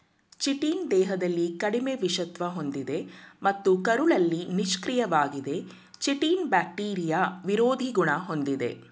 chitin ದೇಹದಲ್ಲಿ ಕಡಿಮೆ ವಿಷತ್ವ ಹೊಂದಿದೆ ಮತ್ತು ಕರುಳಲ್ಲಿ ನಿಷ್ಕ್ರಿಯವಾಗಿದೆ ಚಿಟಿನ್ ಬ್ಯಾಕ್ಟೀರಿಯಾ ವಿರೋಧಿ ಗುಣ ಹೊಂದಿದೆ